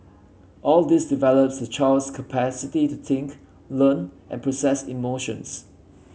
all this develops the child's capacity to think learn and process emotions